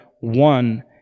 one